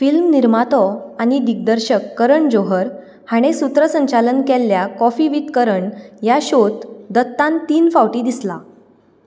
film निर्मातो आनी दिग्दर्शक करण जोहर हाणें सूत्रसंचालन केल्ल्या कॉफी वीथ करण ह्या शोंत दत्तान तीन फावटी दिसला